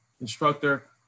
instructor